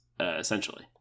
essentially